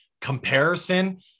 comparison